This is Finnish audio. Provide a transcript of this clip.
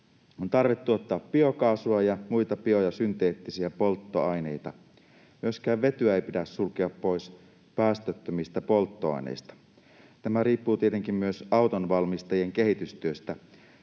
On tarve tuottaa biokaasua ja muita bio- ja synteettisiä polttoaineita. Myöskään vetyä ei pidä sulkea pois päästöttömistä polttoaineista. Tämä riippuu tietenkin myös autonvalmistajien kehitystyöstä.